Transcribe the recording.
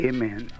Amen